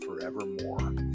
forevermore